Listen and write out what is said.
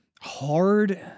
hard